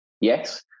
yes